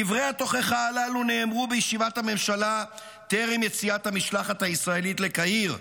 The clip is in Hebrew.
דברי התוכחה הללו נאמרו בישיבת הממשלה טרם יציאת המשלחת הישראלית לקהיר,